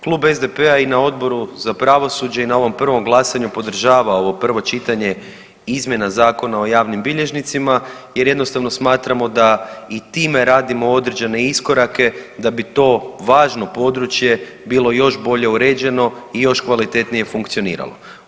Klub SDP-a i na Odboru za pravosuđe i na ovom prvom glasanju podržava ovo prvo čitanje izmjena Zakona o javnim bilježnicima jer jednostavno smatramo da i time radimo određene iskorake da bi to važno područje bilo još bolje uređeno i još kvalitetnije funkcioniralo.